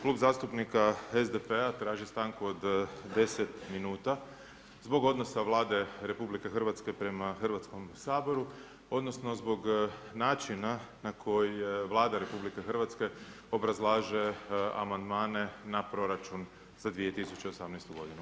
Klub zastupnika SDP-a traži stanku od 10 minuta zbog odnosa Vlade RH prema Hrvatskom saboru, odnosno zbog načina na koji je Vlada RH obrazlaže amandmane na proračun za 2018. godinu.